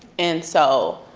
and so